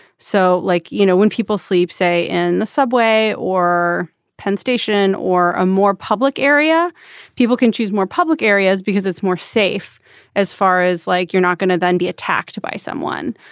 so like you know when people sleep say in the subway or penn station or a more public area people can choose more public areas because it's more safe as far as like you're not going to then be attacked by someone.